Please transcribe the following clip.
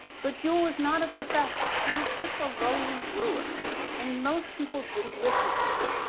but joule was not a professor. he was just a lowly brewer and most people didn't listen to him.